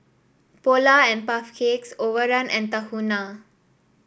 Polar and Puff Cakes Overrun and Tahuna